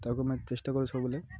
ତାକୁ ଆମେ ଚେଷ୍ଟା କରୁ ସବୁବେଳେ